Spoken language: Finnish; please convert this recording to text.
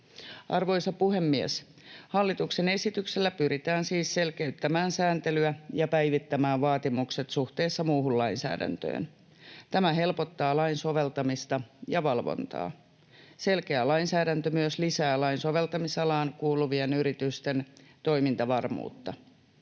Arvoisa puhemies! Hallituksen esityksellä pyritään siis selkeyttämään sääntelyä ja päivittämään vaatimukset suhteessa muuhun lainsäädäntöön. Tämä helpottaa lain soveltamista ja valvontaa. Selkeä lainsäädäntö myös lisää lain soveltamisalaan kuuluvien yritysten toimintavarmuutta.